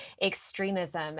extremism